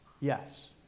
Yes